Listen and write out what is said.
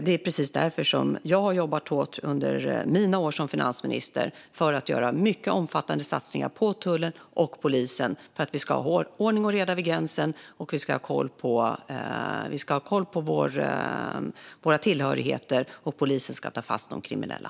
Det är precis därför som jag har jobbat hårt under mina år som finansminister med att göra omfattande satsningar på tullen och polisen så att vi ska kunna ha ordning och reda vid gränsen och ha koll på våra tillhörigheter och så att polisen ska kunna ta fast de kriminella.